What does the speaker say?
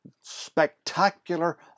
spectacular